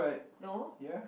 no